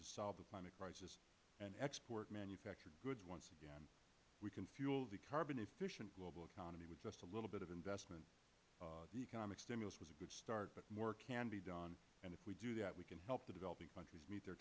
to solve the climate crisis and export manufactured goods once again we can fuel the carbon efficient global economy with just a little bit of investment the economic stimulus was a good start but more can be done and if we can do that we can help the developing countries meet their